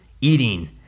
eating